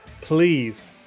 please